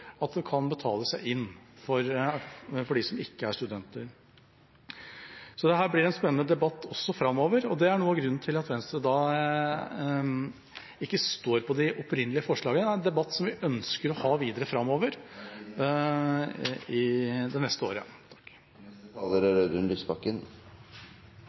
at de som ikke er studenter, kan betale seg inn. Dette blir en spennende debatt også framover, og det er noe av grunnen til at Venstre ikke står på de opprinnelige forslagene, for det er en debatt som vi ønsker å ha videre framover i det neste året. Jeg må først få berømme Venstre for å ha fremmet disse forslagene. Det er